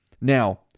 Now